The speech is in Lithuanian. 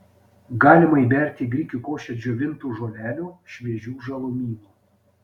galima įberti į grikių košę džiovintų žolelių šviežių žalumynų